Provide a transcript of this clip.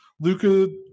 Luca